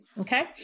okay